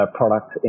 product